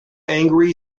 angry